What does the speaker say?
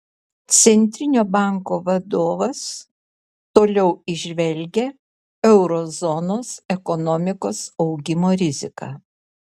centrinio banko vadovas toliau įžvelgia euro zonos ekonomikos augimo riziką